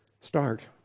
Start